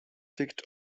ticked